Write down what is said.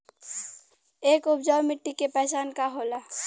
एक उपजाऊ मिट्टी के पहचान का होला?